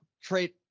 trade